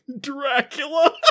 Dracula